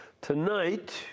Tonight